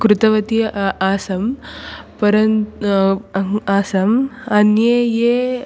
कृतवती अहम् आसं परन्तु आसम् अन्याः याः